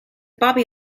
bobby